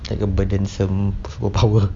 like a burdensome superpower